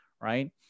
right